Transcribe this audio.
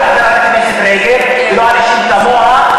לא לחברת הכנסת רגב ולא לאנשים כמוה,